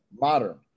modern